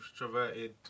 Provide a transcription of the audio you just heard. extroverted